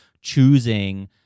choosing